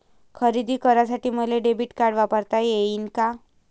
खरेदी करासाठी मले डेबिट कार्ड वापरता येईन का?